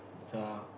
so